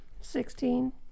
Sixteen